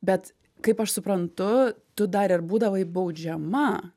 bet kaip aš suprantu tu dar ir būdavai baudžiama